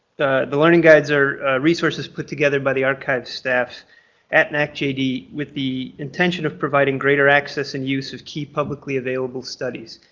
the the learning guides are resources put together by the archive staff at nacjd with the intention of providing greater access and use of key publicly available studies.